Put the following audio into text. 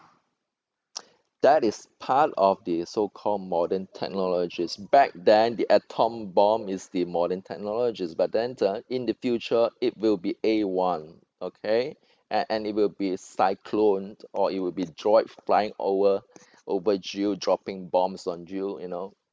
that is part of the so called modern technologies back then the atom bomb is the modern technologies but then ah in the future it will be a one okay and and it will be cyclone or it will be droid flying over over you dropping bombs on you you know